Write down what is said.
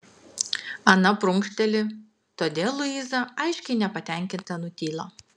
ana prunkšteli todėl luiza aiškiai nepatenkinta nutyla